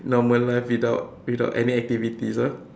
normal life without without any activities ah